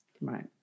Right